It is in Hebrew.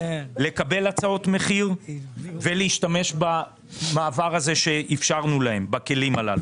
לקבל הצעות מחיר ולהשתמש במעבר הזה שאפשרנו להם בכלים הללו.